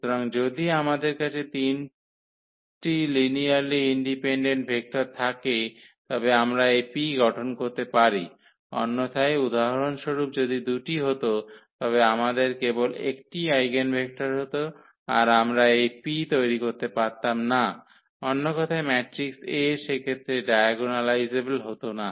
সুতরাং যদি আমাদের কাছে 3 লিনিয়ারলি ইন্ডিপেন্ডেন্ট ভেক্টর থাকে তবে আমরা এই P গঠন করতে পারি অন্যথায় উদাহরণস্বরূপ যদি 2 হত তবে আমাদের কেবল একটিই আইগেনভেক্টর হত আর আমরা এই P তৈরি করতে পারতাম না অন্য কথায় ম্যাট্রিক্স A সেক্ষেত্রে ডায়াগোনালাইজেবল হত না